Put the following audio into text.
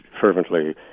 fervently